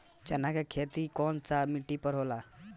चन्ना के खेती कौन सा मिट्टी पर होला?